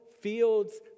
fields